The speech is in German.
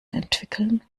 entwickeln